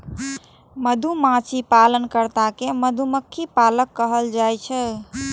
मधुमाछी पालन कर्ता कें मधुमक्खी पालक कहल जाइ छै